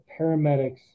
paramedics